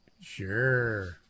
Sure